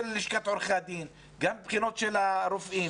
לשכת עורכי הדין והבחינות של הרופאים